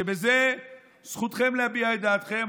שבזה זכותכם להביע את דעתכם,